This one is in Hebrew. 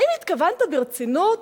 האם התכוונת ברצינות?